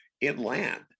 inland